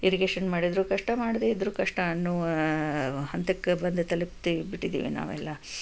irrigation ಮಾಡಿದರೂ ಕಷ್ಟ ಮಾಡದೇ ಇದ್ದರೂ ಕಷ್ಟ ಅನ್ನುವ ಹಂತಕ್ಕೆ ಬಂದು ತಲುಪಿ ಬಿಟ್ಟಿದೀವಿ ನಾವೆಲ್ಲ